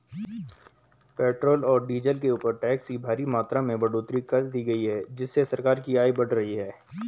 petrol और diesel के ऊपर टैक्स की भारी मात्रा में बढ़ोतरी कर दी गई है जिससे सरकार की आय बढ़ रही है